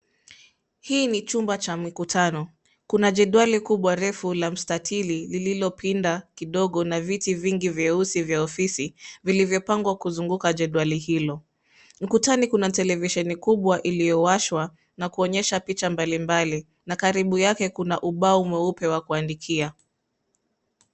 Hii ni chumba cha mikutano. Kuna jedwali kubwa refu la mstatili lililopinda kidogo, na viti vingi vyeusi vya ofisi vilivyopangwa kuzunguka jedwali hilo. NdUkutani kuna televisheni kubwa iliyowashwa, na kuonyesha picha mbalimbali, na karibu yake kuna ubao mweupe wa kuandikia.